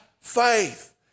faith